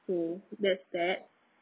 mm that's that